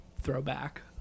throwback